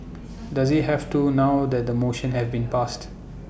does he have to now that the motion have been passed